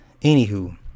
Anywho